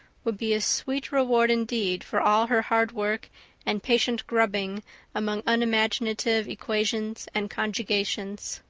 would be a sweet reward indeed for all her hard work and patient grubbing among unimaginative equations and conjugations.